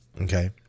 Okay